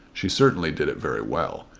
she certainly did it very well.